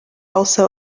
also